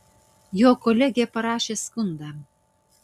jo kolegė parašė skundą